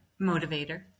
Motivator